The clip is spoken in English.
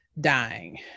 dying